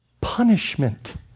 punishment